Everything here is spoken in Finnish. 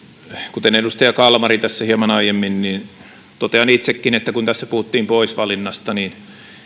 kuten edustaja kalmari tässä hieman aiemmin totean itsekin että kun tässä puhuttiin poisvalinnasta niin